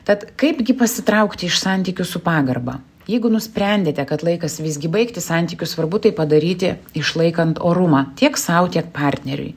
tad kaipgi pasitraukti iš santykių su pagarba jeigu nusprendėte kad laikas visgi baigti santykius svarbu tai padaryti išlaikant orumą tiek sau tiek partneriui